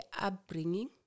upbringing